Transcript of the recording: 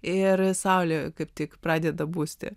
ir saulė kaip tik pradeda busti